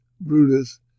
Brutus